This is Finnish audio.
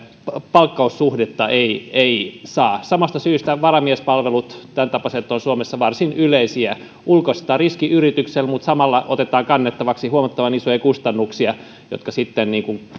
palkkaussuhdetta ei ei saa samasta syystä varamiespalvelut ja tämäntapaiset ovat suomessa varsin yleisiä ulkoistetaan riski yritykselle mutta samalla otetaan kannettavaksi huomattavan isoja kustannuksia jotka sitten